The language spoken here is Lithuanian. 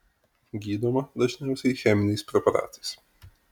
gydoma dažniausiai cheminiais preparatais